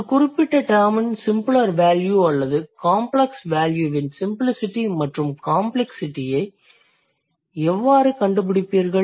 ஒரு குறிப்பிட்ட டெர்ம் இன் சிம்பிளர் வேல்யூ அல்லது காம்ப்ளக்ஸ் வேல்யூவின் சிம்பிளிசிட்டி மற்றும் காம்ப்ளக்ஸிட்டியை எவ்வாறு கண்டுபிடிப்பீர்கள்